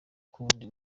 kundi